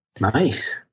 Nice